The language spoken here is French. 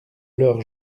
leurs